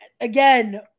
Again